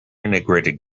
integrated